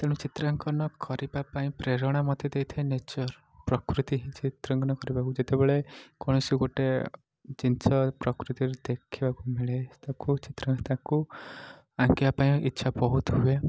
ତେଣୁ ଚିତ୍ରାଙ୍କନ କରିବା ପାଇଁ ପ୍ରେରଣା ମୋତେ ଦେଇଥାଏ ନେଚର ପ୍ରକୃତି ହିଁ ଚିତ୍ରାଙ୍କନ କରିବାକୁ ଯେତେବେଳେ କୌଣସି ଗୋଟିଏ ଜିନିଷ ପ୍ରକୃତିର ଦେଖିବାକୁ ମିଳେ ତାକୁ ଚିତ୍ର ତାକୁ ଆଙ୍କିବା ପାଇଁ ଇଛା ବହୁତ ହୁଏ